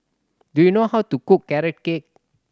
do you know how to cook Carrot Cake